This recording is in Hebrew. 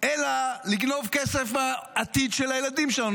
לא לגנוב כסף מהעתיד של הילדים שלנו,